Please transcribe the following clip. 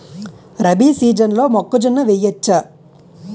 రబీ సీజన్లో మొక్కజొన్న వెయ్యచ్చా?